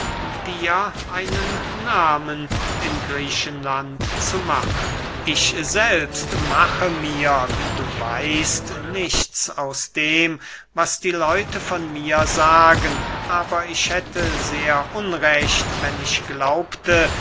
dir einen nahmen in griechenland zu machen ich selbst mache mir wie du weißt nichts aus dem was die leute von mir sagen aber ich hätte sehr unrecht wenn ich glaubte